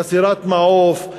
חסרת מעוף,